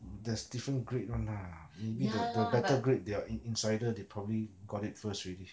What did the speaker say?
mm there's different grade [one] lah you need the better grade they're in insider they probably got it first already